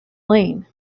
lane